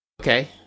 okay